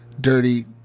Dirty